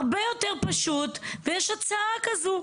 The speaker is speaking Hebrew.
הרבה יותר פשוט ויש הצעה כזו,